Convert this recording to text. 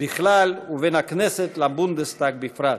בכלל ובין הכנסת לבונדסטאג בפרט.